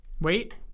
Wait